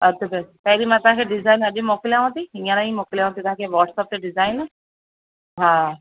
अधु पैसा पहिरीं मां तव्हांखे डिज़ाइन अॼु मोकिलियांव थी हींअर ई मोकिलियांव थी तव्हांखे वाट्सएप ते डिजाइन हा